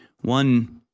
one